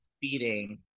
feeding